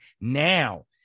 now